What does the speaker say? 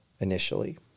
initially